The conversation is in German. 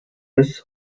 bis